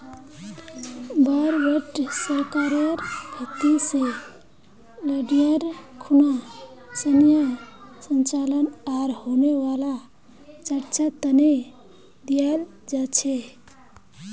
war bond सरकारेर भीति से लडाईर खुना सैनेय संचालन आर होने वाला खर्चा तने दियाल जा छे